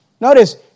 Notice